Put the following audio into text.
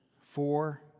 four